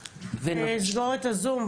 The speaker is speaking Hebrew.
סגור את הזום.